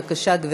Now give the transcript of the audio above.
בבקשה, גברתי,